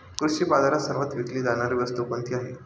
कृषी बाजारात सर्वात विकली जाणारी वस्तू कोणती आहे?